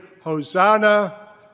Hosanna